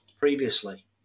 previously